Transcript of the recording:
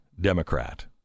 Democrat